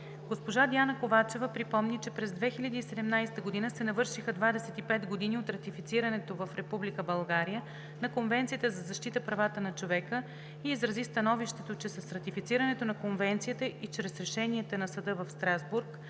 Госпожа Диана Ковачева припомни, че през 2017 г. се навършиха 25 години от ратифицирането от Република България на Конвенцията за защита правата на човека и изрази становището, че с ратифицирането на Конвенцията и чрез решенията на Съда в Страсбург